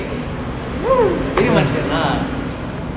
!woo! பெரிய மனுஷன்லா:periya manushan la